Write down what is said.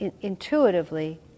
intuitively